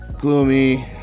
gloomy